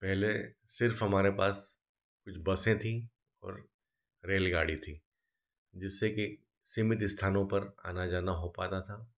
पहले सिर्फ हमारे पास कुछ बसें थीं और रेलगाड़ी थी जिससे कि सीमित स्थानों पर आना जाना हो पाता था